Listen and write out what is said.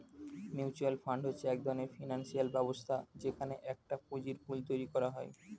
mutual fund হচ্ছে এক ধরণের ফিনান্সিয়াল ব্যবস্থা যেখানে একটা পুঁজির পুল তৈরী করা হয়